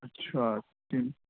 اچھا ٹن